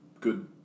good